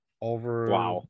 over